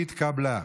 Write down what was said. התקבלה.